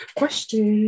question